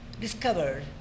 discovered